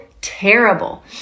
terrible